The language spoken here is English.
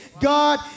god